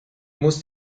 musst